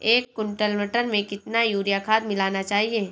एक कुंटल मटर में कितना यूरिया खाद मिलाना चाहिए?